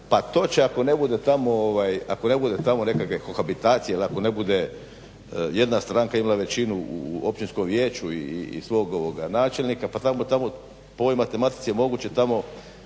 pa to će ako ne bude tamo nekakve kohabitacije ili ako ne bude jedna stranka imala većina u općinskom vijeću, i svog načelnika, pa tamo po ovoj matematici je moguće tamo